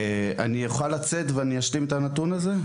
אני יכול לצאת ואני אשלים את הנתון הזה?